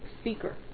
speaker